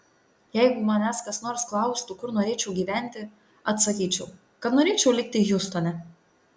jeigu manęs kas nors klaustų kur norėčiau gyventi atsakyčiau kad norėčiau likti hjustone